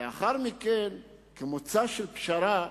לאחר מכן, כמוצא של פשרה,